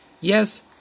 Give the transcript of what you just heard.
Yes